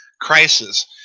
crisis